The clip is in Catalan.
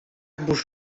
vos